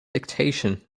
dictation